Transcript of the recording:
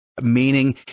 meaning